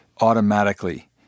automatically